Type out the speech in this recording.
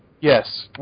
Yes